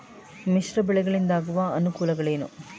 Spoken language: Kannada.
ಮಿಶ್ರ ಬೆಳೆಗಳಿಂದಾಗುವ ಅನುಕೂಲಗಳೇನು?